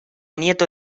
nieto